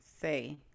say